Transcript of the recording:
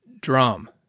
drum